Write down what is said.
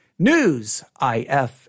newsif